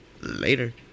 Later